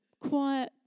quiet